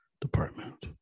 department